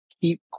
keep